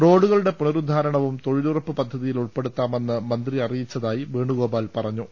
റോഡുകളുടെ പുനരുദ്ധാര ണവും തൊഴിലുറപ്പ് പദ്ധതിയിൽ ഉൾപ്പെടുത്താമെന്ന് മന്ത്രി അറി യിച്ചതായി വേണുഗോപാൽ പറഞ്ഞു